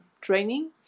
training